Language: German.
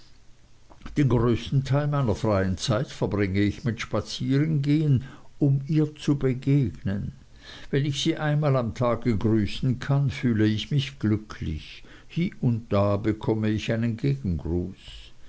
den größten teil meiner freien zeit verbringe ich mit spazierengehen um ihr zu begegnen wenn ich sie einmal am tage grüßen kann fühle ich mich glücklich hie und da bekomme ich einen